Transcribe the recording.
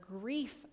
grief